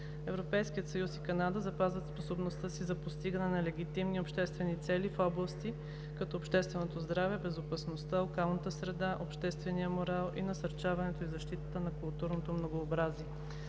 Европейският съюз и Канада запазват способността си за постигане на легитимни обществени цели в области, като общественото здраве, безопасността, околната среда, обществения морал и насърчаването и защитата на културното многообразие.